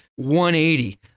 180